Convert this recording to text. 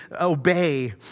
obey